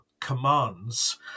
commands